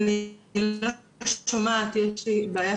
אוכל להתייחס לאכיפה